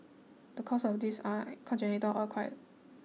the cause of this are congenital or acquired